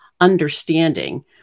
understanding